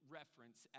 reference